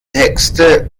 texte